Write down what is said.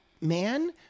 man